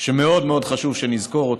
שמאוד מאוד חשוב שנזכור,